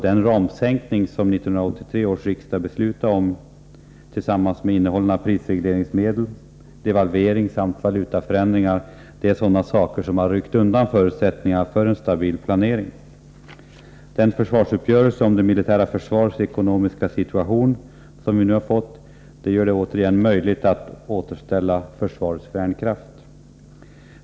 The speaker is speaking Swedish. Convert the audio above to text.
Den ramsänkning som 1983 års riksdag beslutade om har — tillsammans med innehållande av prisregleringsmedel, devalvering, valutaförändring m.m. — ryckt undan förutsättningarna för en stabil planering. Den försvarsuppgörelse om det militära försvarets ekonomiska situation som vi nu har fått gör det möjligt att återigen återställa försvarets värnkraft.